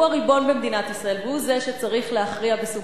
שהוא הריבון במדינת ישראל והוא זה שצריך להכריע